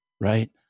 right